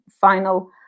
final